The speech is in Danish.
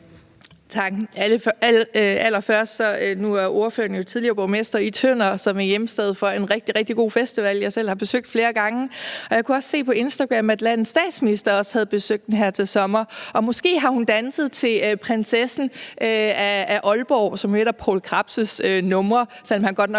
jeg sige, at spørgeren jo er tidligere borgmester i Tønder, som er hjemsted for en rigtig, rigtig god festival, som jeg selv har besøgt flere gange, og jeg kunne også se på Instagram, at landets statsminister også har besøgt den her til sommer, og måske har hun danset til »Prinsessen af Ålborg«, som jo er et af Poul Krebs' numre – han staver det godt nok